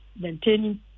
maintaining